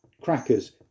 crackers